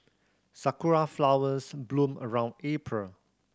sakura flowers bloom around April